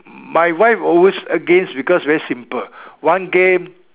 my wife always against because very simple one game